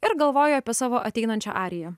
ir galvoju apie savo ateinančią ariją